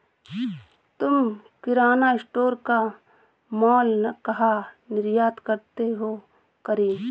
तुम किराना स्टोर का मॉल कहा निर्यात करते हो करीम?